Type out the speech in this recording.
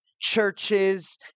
churches